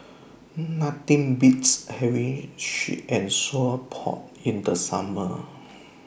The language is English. Nothing Beats having Sweet and Sour Pork in The Summer